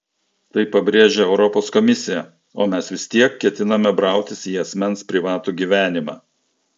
tai pabrėžia europos komisija o mes vis tiek ketiname brautis į asmens privatų gyvenimą